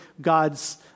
God's